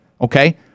Okay